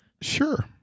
Sure